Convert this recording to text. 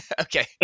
okay